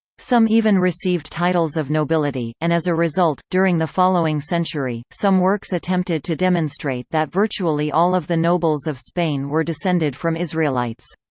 some even received titles of nobility, and as a result, during the following century, some works attempted to demonstrate that virtually all of the nobles of spain were descended from israelites.